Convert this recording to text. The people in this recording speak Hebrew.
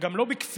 וגם לא בכפייה